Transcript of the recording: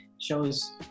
shows